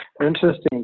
interesting